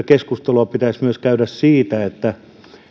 keskustelua pitäisi käydä myös siitä